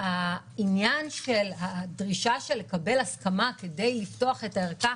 העניין של הדרישה של לקבל הסכמה כדי לפתוח את הערכה,